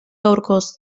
gaurkoz